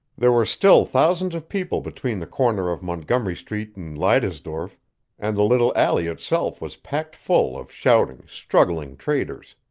there were still thousands of people between the corner of montgomery street and leidesdorff, and the little alley itself was packed full of shouting, struggling traders.